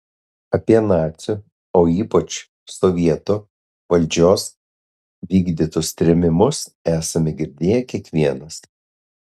apie nacių o ypač sovietų valdžios vykdytus trėmimus esame girdėję kiekvienas